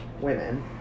women